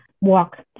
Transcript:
walk